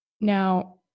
Now